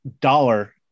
dollar